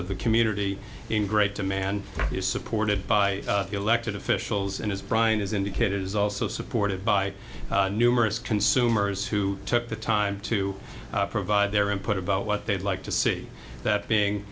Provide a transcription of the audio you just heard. of the community in great demand is supported by elected officials and as brian has indicated is also supported by numerous consumers who took the time to provide their input about what they'd like to see that being